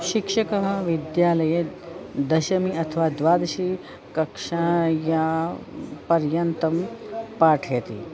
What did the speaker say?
शिक्षकः विद्यालये दशमी अथवा द्वादशी कक्षायाः पर्यन्तं पाठयति